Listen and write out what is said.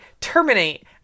terminate